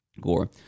Gore